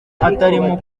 atarimo